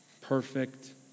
perfect